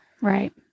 Right